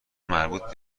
مربوط